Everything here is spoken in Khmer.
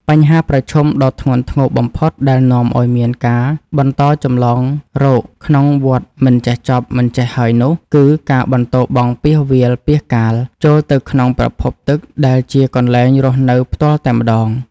បញ្ហាប្រឈមដ៏ធ្ងន់ធ្ងរបំផុតដែលនាំឱ្យមានការបន្តចម្លងរោគក្នុងវដ្តមិនចេះចប់មិនចេះហើយនោះគឺ ការបន្ទោបង់ពាសវាលពាសកាល ចូលទៅក្នុងប្រភពទឹកដែលជាកន្លែងរស់នៅផ្ទាល់តែម្តង។